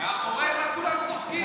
מאחוריך כולם צוחקים.